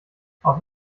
aus